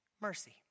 Mercy